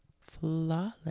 flawless